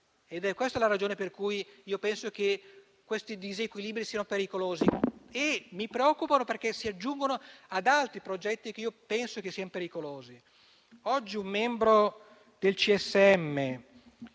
È questa la ragione per cui io penso che questi disequilibri siano pericolosi e mi preoccupano perché si aggiungono ad altri progetti che io penso siano pericolosi. Oggi un membro del CSM,